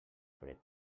fred